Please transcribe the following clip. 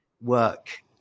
work